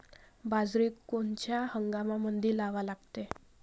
बाजरी कोनच्या हंगामामंदी लावा लागते?